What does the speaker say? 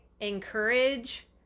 encourage